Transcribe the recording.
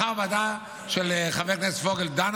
מחר הוועדה של חבר הכנסת פוגל דנה